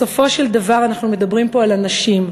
בסופו של דבר, אנחנו מדברים פה על אנשים.